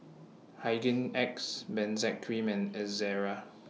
Hygin X Benzac Cream and Ezerra